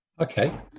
Okay